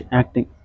acting